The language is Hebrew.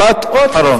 משפט אחרון.